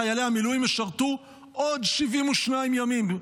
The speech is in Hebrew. חיילי המילואים ישרתו עוד 72 ימים,